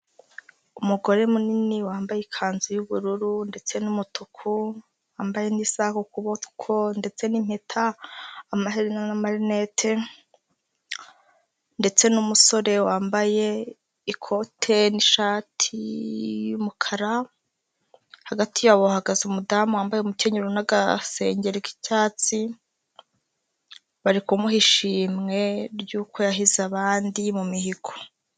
Umugore munini wambaye ikanzu y'ubururu ndetse n'umutuku, wambaye n'isaha ukuboko ndetse n'impeta, amaherena n'amarinete ndetse n'umusore wambaye ikote n'ishati y'umukara, hagati yabo bahagaze umudamu wambaye umukenyero n'agasengeri k'icyatsi, bari kumuha ishimwe ry'uko yahize abandi mu mihigo.